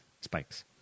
spikes